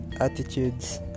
attitudes